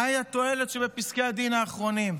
מהי התועלת שבפסקי הדין האחרונים?